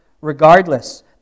Regardless